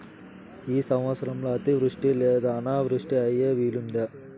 ఈ సంవత్సరంలో అతివృష్టి లేదా అనావృష్టి అయ్యే వీలుందా?